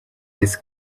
this